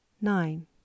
nine